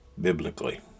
Biblically